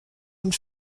and